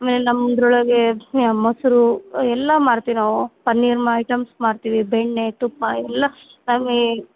ಆಮೇಲೆ ನಮ್ಮದ್ರೊಳಗೆ ಹೇ ಮೊಸರು ಎಲ್ಲ ಮಾರ್ತೀವಿ ನಾವು ಪನ್ನೀರ್ ಮಾ ಐಟಮ್ಸ್ ಮಾರ್ತೀವಿ ಬೆಣ್ಣೆ ತುಪ್ಪ ಎಲ್ಲಾ ತಮೀಗೆ